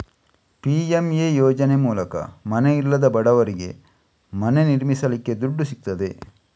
PMA ಯೋಜನೆ ಮೂಲಕ ಮನೆ ಇಲ್ಲದ ಬಡವರಿಗೆ ಮನೆ ನಿರ್ಮಿಸಲಿಕ್ಕೆ ದುಡ್ಡು ಸಿಗ್ತದೆ